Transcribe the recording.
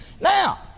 Now